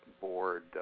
board